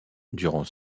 durant